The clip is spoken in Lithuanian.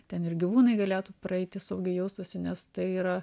ten ir gyvūnai galėtų praeiti saugiai jaustųsi nes tai yra